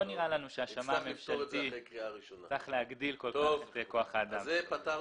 לא נראה לנו שהשמאי הממשלתי צריך להגדיל כל כך את כוח האדם שלו.